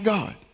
God